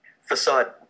Facade